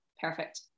perfect